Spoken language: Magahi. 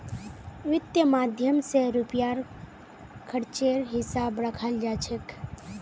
वित्त माध्यम स रुपयार खर्चेर हिसाब रखाल जा छेक